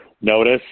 notice